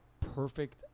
perfect